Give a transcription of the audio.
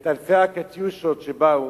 את אלפי ה"קטיושות" שבאו,